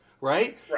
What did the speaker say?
Right